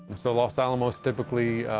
so los alamos, typically,